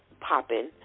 popping